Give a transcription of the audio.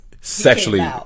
sexually